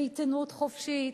בעיתונות חופשית,